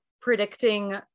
predicting